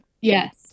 Yes